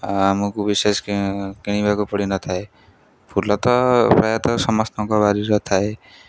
ଆମକୁ ବିଶେଷ କିଣିବାକୁ ପଡ଼ିନଥାଏ ଫୁଲ ତ ପ୍ରାୟତଃ ସମସ୍ତଙ୍କ ବାରିରେ ଥାଏ